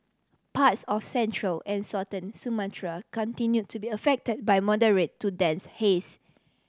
parts of central and southern Sumatra continue to be affected by moderate to dense haze